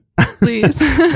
please